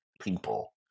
people